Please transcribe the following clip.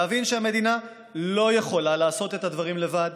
להבין שהמדינה לא יכולה לעשות את הדברים לבד,